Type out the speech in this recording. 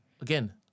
Again